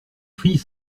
fils